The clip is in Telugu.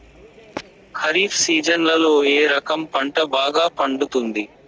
ఖరీఫ్ సీజన్లలో ఏ రకం పంట బాగా పండుతుంది